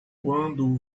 quando